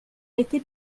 été